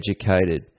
educated